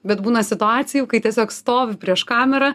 bet būna situacijų kai tiesiog stovi prieš kamerą